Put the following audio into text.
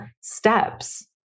steps